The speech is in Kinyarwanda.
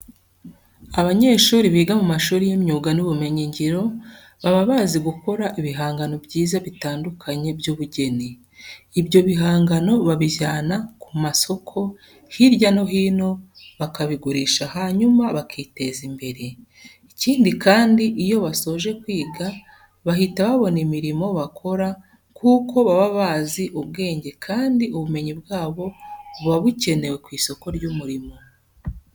Abanyeshuri biga mu mashuri y'imyuga n'ubumenyingiro baba bazi gukora ibihangano byiza bitandukanye by'ubugeni. Ibyo bihangano babijyana ku masoko hirya no hino bakabigurisha hanyuma bakiteza imbere. Ikindi kandi, iyo basoje kwiga bahita babona imirimo bakora kuko baba bazi ubwenge kandi ubumenyi bwabo buba bukenewe ku isoko ry'umurimo.